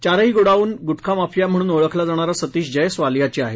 चारही गोडाऊन गुटखामाफिया म्हणून ओळखला जाणारा सतीश जयस्वाल याची आहेत